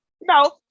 no